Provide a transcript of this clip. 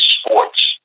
sports